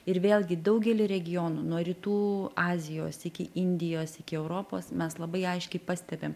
ir vėlgi daugely regionų nuo rytų azijos iki indijos iki europos mes labai aiškiai pastebim